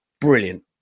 brilliant